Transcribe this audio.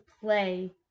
play